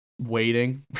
waiting